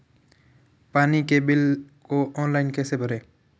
पानी के बिल को ऑनलाइन कैसे भरें?